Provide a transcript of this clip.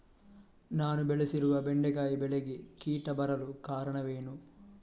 ನಾನು ಬೆಳೆಸಿರುವ ಬೆಂಡೆಕಾಯಿ ಬೆಳೆಗೆ ಕೀಟ ಬರಲು ಕಾರಣವೇನು?